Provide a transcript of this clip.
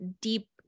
deep